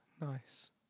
Nice